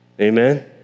Amen